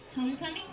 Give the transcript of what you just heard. Homecoming